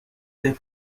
der